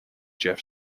jeff